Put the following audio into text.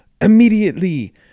Immediately